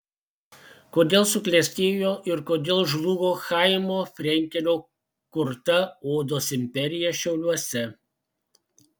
kodėl suklestėjo ir kodėl žlugo chaimo frenkelio kurta odos imperija šiauliuose